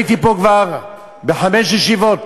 אני הייתי פה כבר בחמש ישיבות,